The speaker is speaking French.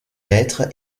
lettres